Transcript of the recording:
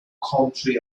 country